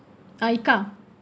ah Yikah